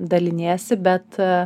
daliniesi bet